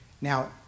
Now